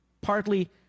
partly